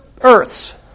Earths